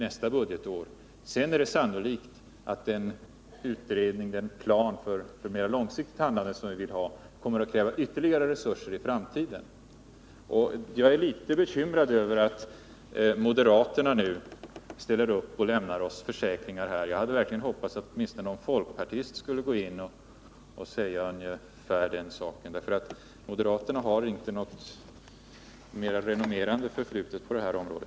nästa budgetår. Sedan är det möjligt att den plan för ett mer långsiktigt handlande som vi vill ha kommer att kräva ytterligare resurser i framtiden. Jag är litet bekymrad över att-moderaterna nu ställer upp och lämnar oss dessa försäkringar. Jag hade verkligen hoppats att någon folkpartist skulle göra det. Moderaterna har inte något renommerande förflutet på detta område.